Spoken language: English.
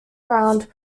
around